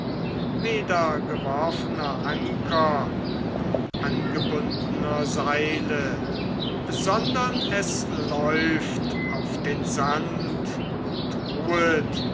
geworfener anker noch angebundener seile sondern es läuft auf den sand und ruhet